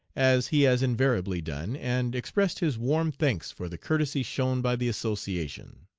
as he has invariably done, and expressed his warm thanks for the courtesy shown by the association.